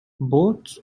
boats